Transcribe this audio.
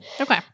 Okay